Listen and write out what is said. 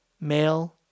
male